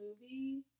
movie